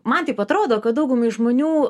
man taip atrodo kad daugumai žmonių